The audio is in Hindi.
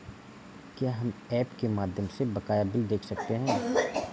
क्या हम ऐप के माध्यम से बकाया बिल देख सकते हैं?